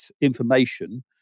information